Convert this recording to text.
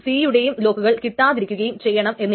നമ്മൾ അവിടെ ബ്ലൈൻഡ് റൈറ്റിനെ കൈകാര്യം ചെയ്തിട്ടില്ല